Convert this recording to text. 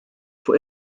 fuq